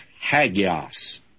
hagios